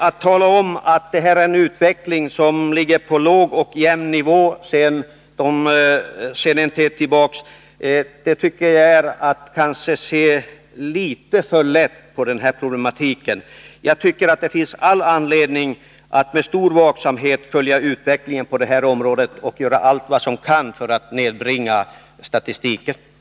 Att säga att det här är en utveckling som ligger på låg och jämn nivå sedan en tid tillbaka är kanske att ta litet för lätt på problemet. Jag tycker att det finns all anledning att med stor vaksamhet följa utvecklingen på detta område och göra allt vad som kan göras för att nedbringa antalet stölder och inbrott.